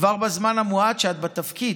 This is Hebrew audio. כבר בזמן המועט שאת בתפקיד,